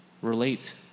relate